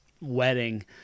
wedding